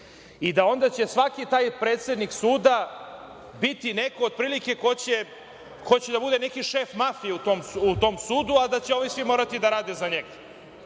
i da će onda svaki taj predsednik suda biti neko otprilike ko će da bude neki šef mafije u tom sudu, a da će ovi svi morati da rade za njega.